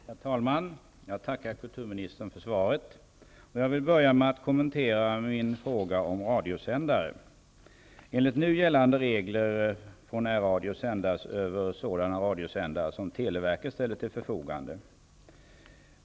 Herr talman! Jag tackar kulturministern för svaret. Jag vill börja med att kommentera min fråga om radiosändare. Enligt nu gällande regler får närradio sändas över sådana radiosändare som televerket ställer till förfogande.